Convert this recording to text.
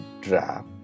draft